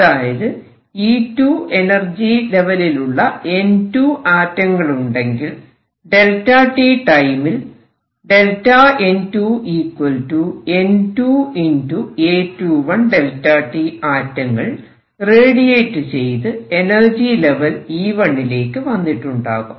അതായത് E2 energy ലെവലിലുള്ള N2 ആറ്റങ്ങളുണ്ടെങ്കിൽ t ടൈമിൽ ΔN2 N2 A21Δt ആറ്റങ്ങൾ റേഡിയേറ്റ് ചെയ്ത് എനർജി ലെവൽ E1 ലേക്ക് വന്നിട്ടുണ്ടാകാം